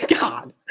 God